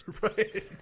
Right